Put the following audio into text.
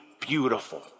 beautiful